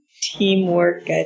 teamwork